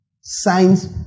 Signs